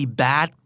bad